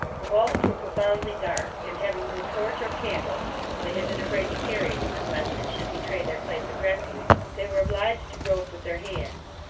the vaults were profoundly dark, and having no torch or candle for they had been afraid to carry one, lest it should betray their place of refuge they were obliged to grope with their hands.